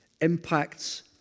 impacts